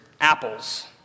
apples